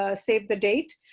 ah save the date.